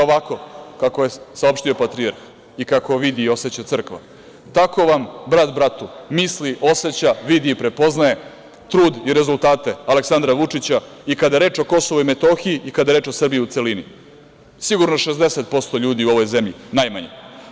Ovako kako je saopštio patrijarh i kako vidi i oseća crkva, tako vam brat bratu misli, oseća, vidi i prepoznaje trud i rezultate Aleksandra Vučića i kada je reč o KiM i kada je reč o Srbiji u celini, sigurno 60% ljudi u ovoj zemlji najmanje.